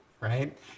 Right